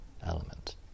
element